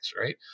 right